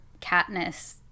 Katniss